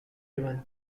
evans